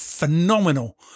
phenomenal